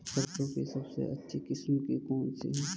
सरसों की सबसे अच्छी किस्म कौन सी है?